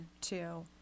two